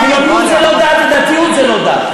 חילוניות זה לא דת ודתיות זה לא דת.